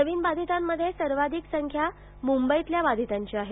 नवीन बाधितांमध्ये सर्वाधिक संख्या मुंबईतल्या बाधितांची आहे